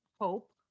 Hope